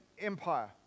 empire